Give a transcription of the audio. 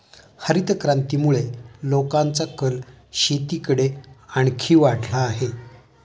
हरितक्रांतीमुळे लोकांचा कल शेतीकडे आणखी वाढला आहे